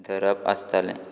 धरप आसतालें